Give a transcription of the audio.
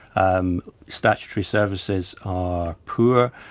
um statutory services are poor,